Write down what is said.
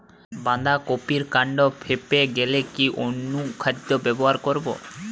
বাঁধা কপির কান্ড ফেঁপে গেলে কি অনুখাদ্য প্রয়োগ করব?